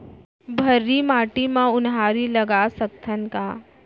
भर्री माटी म उनहारी लगा सकथन का?